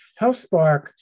HealthSpark